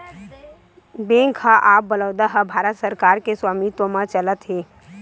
bank of Baroda ह भारत सरकार के स्वामित्व म चलत हे